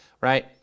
right